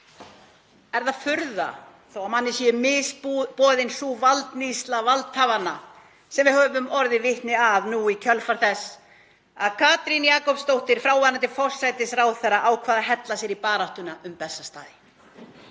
Er það furða þó að manni misbjóði sú valdníðsla valdhafanna sem við höfum orðið vitni að í kjölfar þess að Katrín Jakobsdóttir, fráfarandi forsætisráðherra, ákvað að hella sér í baráttuna um Bessastaði?